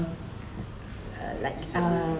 like uh